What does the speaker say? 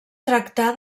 tractà